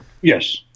Yes